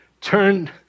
turn